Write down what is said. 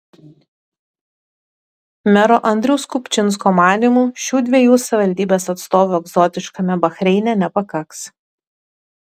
mero andriaus kupčinsko manymu šių dviejų savivaldybės atstovų egzotiškame bahreine nepakaks